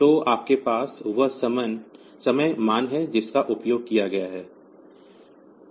तो आपके पास वह समय मान है जिसका उपयोग किया गया है